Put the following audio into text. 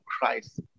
Christ